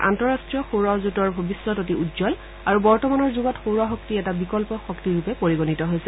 আন্তঃৰাষ্ট্ৰীয় সৌৰ জোঁটৰ ভৱিষ্যত অতি উজ্জ্বল আৰু বৰ্তমানৰ যুগত সৌৰ শক্তি এটা বিকল্প শক্তি ৰূপে পৰিগণিত হৈছে